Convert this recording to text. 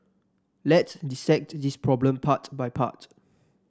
let's dissect this problem part by part